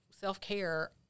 self-care